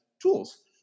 tools